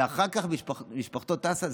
ואחר כך משפחתו טסה?